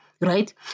right